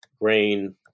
grain